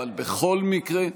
אבל בכל מקרה,